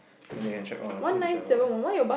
then they can track who is the driver what